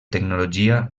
tecnologia